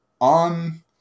on